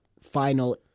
final